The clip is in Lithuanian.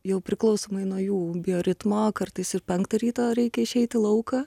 jau priklausomai nuo jų bioritmo kartais ir penktą ryto reikia išeit į lauką